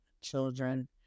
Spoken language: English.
children